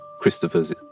Christopher's